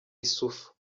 issoufou